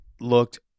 looked